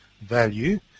value